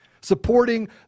Supporting